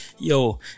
Yo